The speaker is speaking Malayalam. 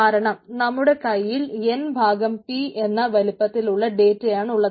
കാരണം നമ്മുടെ കൈയിൽ എൻ ഭാഗം പി എന്ന വലിപ്പത്തിലുള്ള ഡേറ്റയാണ് ഉള്ളത്